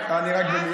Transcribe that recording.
מה לעשות איתו יותר.